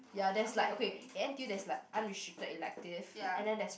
ya there's like okay in n_t_u there's like unrestricted elective and then there's